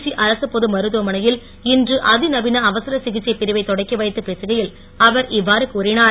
திருச்சி அரசு பொது மருத்துவமனையில் இன்று அதிநவீன அவசர சிகிச்சைப் பிரிவை தொடக்கி வைத்துப் பேசுகையில் அவர் இவ்வாறு கூறினார்